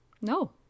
No